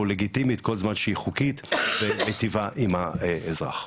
לגיטימית כל זמן שהיא חוקית ומטיבה עם האזרח.